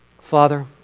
Father